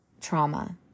trauma